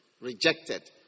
rejected